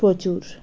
প্রচুর